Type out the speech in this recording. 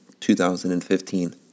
2015